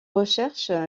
recherche